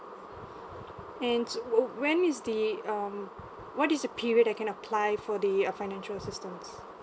ands when is the um what is the period I can apply for the uh financial assistance